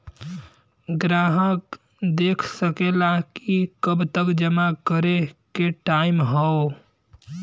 ग्राहक देख सकेला कि कब तक जमा करे के टाइम हौ